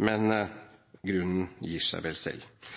Men grunnen gir seg vel selv.